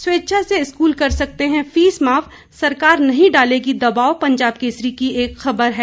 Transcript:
स्वेच्छा से स्कूल कर सकते हैं फीस माफ सरकार नहीं डालेगी दबाव पंजाब केसरी की एक खबर है